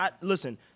listen